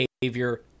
behavior